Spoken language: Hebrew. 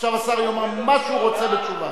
עכשיו השר יאמר מה שהוא רוצה בתשובה.